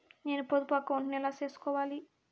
నేను పొదుపు అకౌంటు ను ఎలా సేసుకోవాలి?